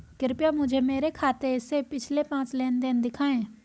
कृपया मुझे मेरे खाते से पिछले पांच लेनदेन दिखाएं